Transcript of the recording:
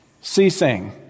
ceasing